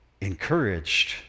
encouraged